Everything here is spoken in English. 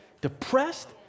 depressed